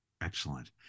Excellent